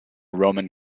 roman